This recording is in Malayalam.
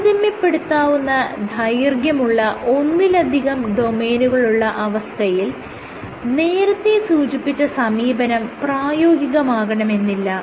താരതമ്യപ്പെടുത്താവുന്ന ദൈർഘ്യമുള്ള ഒന്നിലധികം ഡൊമെയ്നുകളുള്ള അവസ്ഥയിൽ നേരത്തെ സൂചിപ്പിച്ച സമീപനം പ്രായോഗികമാകണമെന്നില്ല